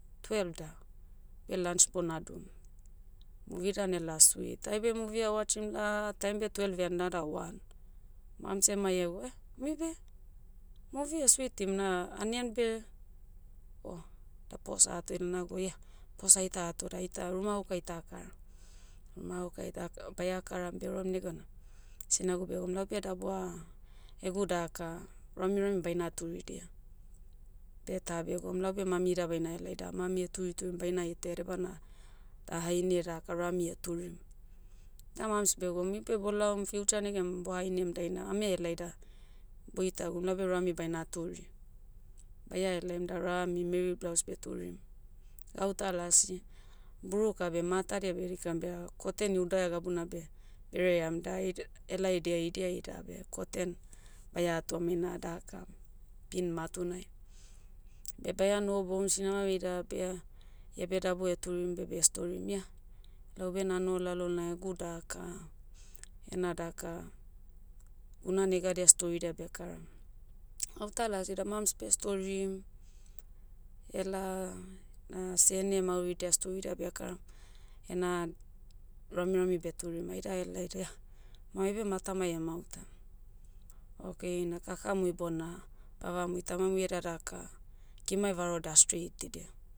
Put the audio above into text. Twelve da, beh lunch bonadum. Muvi dan ela sweet, aibe movie ah watchim la, time beh twelve ean nada one. Mams ema iawa eh, muibe. Muvi switim na, anian beh. Oh, da pos ato ed nago ia, pos aita ato da aita ruma gauka aita kara. Ruma gauka aita- baia karam beorem negena, sinagu begoum laube dabua, egu daka, ramirami baina turidia. Beh tabi egoum laube mami ida baina helai da mami turiturim baina itaia edebana, da haine daka rami turim. Da mams beh goum mui beh boulaom future negan, bohainem dainai ame elai da, boitagum laube rami baina turi. Baia helaim da rami meri blouse beh turim. Gauta lasi, buruka beh matadia beh dikam beh koten iudaia gabuna beh, beh ream da elaidia idia ida beh koten, baia atom eina daka, pin matunai. Beh baia nohobou omsinau ida abia, iabe dabua turim beh bestorim ia, laube nanoho lalonai egu daka, ena daka, guna negadia storidia bekaram. Gauta lasi da mams beh storim, ela, na sene mauridia storida bekaram, ena, ramirami beturim. Aida helai da ia, ma aibe matamai emauta. Okay na kakamui bona, vavamui tamamui eda daka, kimai varoda ah streitidia.